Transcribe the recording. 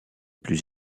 plus